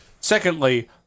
Secondly